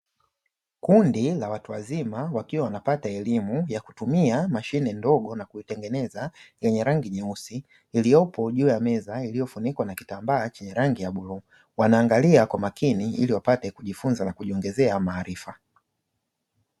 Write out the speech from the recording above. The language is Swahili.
Kundi la watu wazima wakiwa wanapata elimu ya kutumia mashine ndogo na kuitengeneza yenye rangi nyeusi, iliyopo juu ya meza iliyofunikwa na kitambaa chenye rangi ya bluu. Wanaangalia kwa makini ili wapate kujifunza na kujiongezea maarifa.